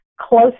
close